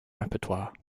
repertoire